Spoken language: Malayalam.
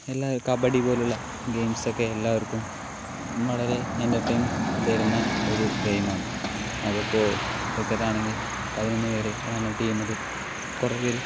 എല്ലാ കബഡി പോലുള്ള ഗെയിംസൊക്കെ എല്ലാവർക്കും വളരെ എൻ്റർടൈൻ തരുന്ന ഒരു ഗെയിമാണ് അതിപ്പോൾ ക്രിക്കറ്റാണെങ്കിൽ പതിനൊന്ന് പേര് അതാണ് ടീമിൽ കുറേ പേര്